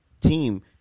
team